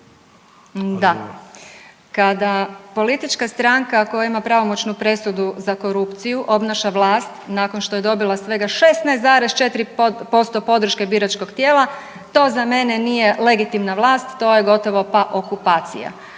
Da. Kada politička stranka koja ima pravomoćnu presudu za korupciju obnaša vlast nakon što je dobila svega 16,4% podrške biračkog tijela, to za mene nije legitimna vlast, to je gotovo pa okupacija.